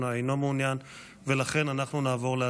ככה